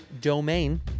domain